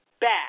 back